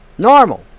normal